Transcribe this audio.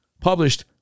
published